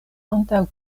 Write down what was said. antaŭ